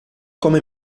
come